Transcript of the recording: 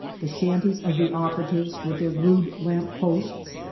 the shanties of the operatives with their rude lamp-posts,